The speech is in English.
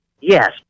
Yes